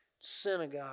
synagogue